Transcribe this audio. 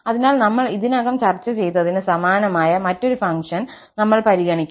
അതിനാൽ നമ്മൾ ഇതിനകം ചർച്ച ചെയ്തതിന് സമാനമായ മറ്റൊരു ഫംഗ്ഷൻ നമ്മൾ പരിഗണിക്കും